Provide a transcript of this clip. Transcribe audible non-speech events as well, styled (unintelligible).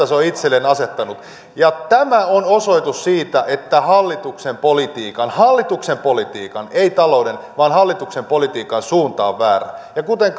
(unintelligible) se on itselleen asettanut tämä on osoitus siitä että hallituksen politiikan hallituksen politiikan ei talouden vaan hallituksen politiikan suunta on väärä kuten (unintelligible)